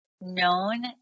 known